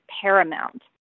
paramount